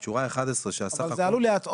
את שורה 11, שהסך הכל --- אבל זה עלול להטעות.